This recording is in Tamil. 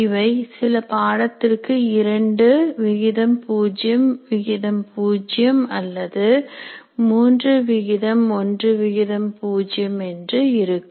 இவை சில பாடத்திற்கு 200 அல்லது 310 என்று இருக்கும்